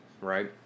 Right